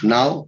Now